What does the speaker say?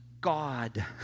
God